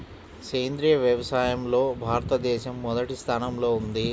సేంద్రీయ వ్యవసాయంలో భారతదేశం మొదటి స్థానంలో ఉంది